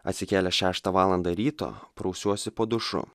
atsikėlęs šeštą valandą ryto prausiuosi po dušu